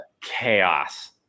chaos